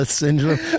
syndrome